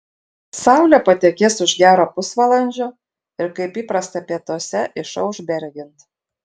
saulė patekės už gero pusvalandžio ir kaip įprasta pietuose išauš beregint